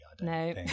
No